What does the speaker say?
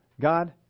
God